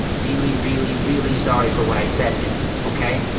really really really sorry for wat i said dude, ok?